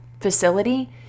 facility